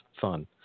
fun